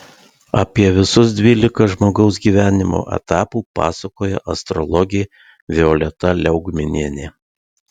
apie visus dvylika žmogaus gyvenimo etapų pasakoja astrologė violeta liaugminienė